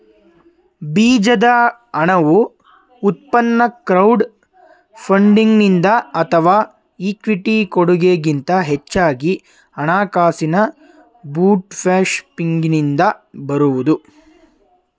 ಬೀಜದ ಹಣವು ಉತ್ಪನ್ನ ಕ್ರೌಡ್ ಫಂಡಿಂಗ್ನಿಂದ ಅಥವಾ ಇಕ್ವಿಟಿ ಕೊಡಗೆ ಗಿಂತ ಹೆಚ್ಚಾಗಿ ಹಣಕಾಸಿನ ಬೂಟ್ಸ್ಟ್ರ್ಯಾಪಿಂಗ್ನಿಂದ ಬರಬಹುದು